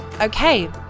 Okay